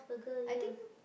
I think